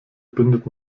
bindet